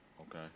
Okay